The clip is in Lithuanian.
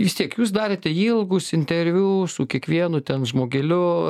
vis tiek jūs darėte ilgus interviu su kiekvienu ten žmogeliu